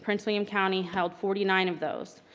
prince william county had forty nine of those.